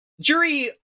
jury